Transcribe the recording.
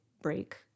break